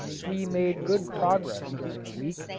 we made good progress during the week,